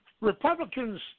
Republicans